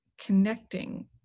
connecting